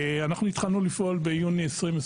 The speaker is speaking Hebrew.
אנחנו התחלנו לפעול ביוני 2022